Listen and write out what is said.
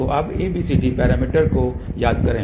तो अब ABCD parameters को याद करें